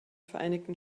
vereinigten